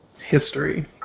history